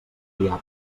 diable